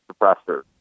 suppressors